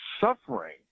suffering